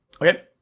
Okay